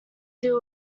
deal